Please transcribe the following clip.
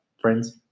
friends